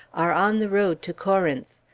are on the road to corinth.